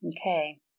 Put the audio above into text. Okay